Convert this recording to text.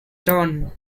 done